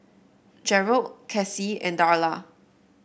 Gerald Kassie and Darla